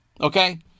Okay